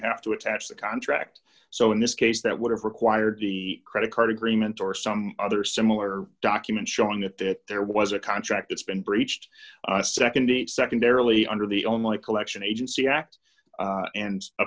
have to attach the contract so in this case that would have required the credit card agreement or some other similar document showing that there was a contract that's been breached a nd date secondarily under the only collection agency act and